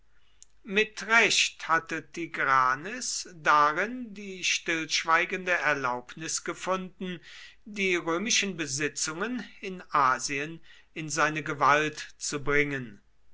mit recht hatte tigranes darin die stillschweigende erlaubnis gefunden die römischen besitzungen in asien in seine gewalt zu bringen